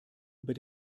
über